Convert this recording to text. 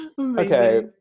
okay